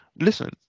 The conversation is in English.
listen